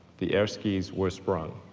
the air skis were sprung.